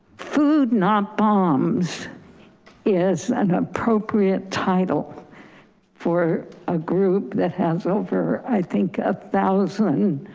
food not bombs is an appropriate title for a group that has over i think a thousand